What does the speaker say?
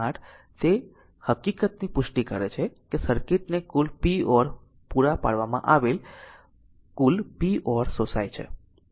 8 તે એ હકીકતની પુષ્ટિ કરે છે કે સર્કિટને કુલ p or પૂરા પાડવામાં આવેલ બાલ કુલ p or શોષાય છે